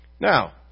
Now